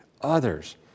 others